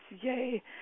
Yay